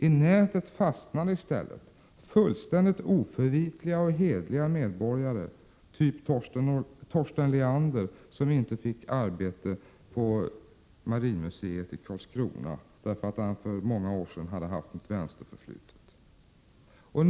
I nätet fastnar i stället fullständigt oförvitliga och hederliga medborgare, såsom Torsten Leander, som inte fick arbete på Marinmuseet i Karlskrona därför att han hade haft ett förflutet inom vänstern för många år sedan.